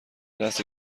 لحظه